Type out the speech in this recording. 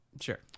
Sure